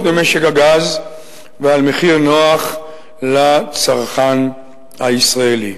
במשק הגז ועל מחיר נוח לצרכן הישראלי.